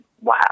wow